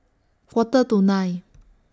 Quarter to nine